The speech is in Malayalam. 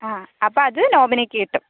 ആ അപ്പോൾ അത് നോമിനീക്ക് കിട്ടും